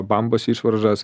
bambos išvaržas